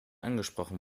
angesprochen